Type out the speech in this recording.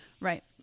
Right